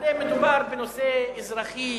הרי מדובר בנושא אזרחי